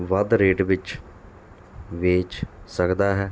ਵੱਧ ਰੇਟ ਵਿੱਚ ਵੇਚ ਸਕਦਾ ਹੈ